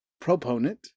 proponent